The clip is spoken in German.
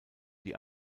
die